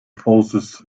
poses